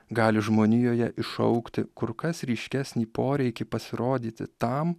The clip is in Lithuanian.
gali žmonijoje iššaukti kur kas ryškesnį poreikį pasirodyti tam